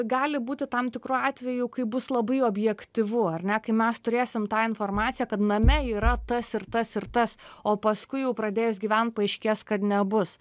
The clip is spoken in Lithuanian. gali būti tam tikrų atvejų kai bus labai objektyvu ar ne kai mes turėsim tą informaciją kad name yra tas ir tas ir tas o paskui jau pradėjus gyvent paaiškės kad nebus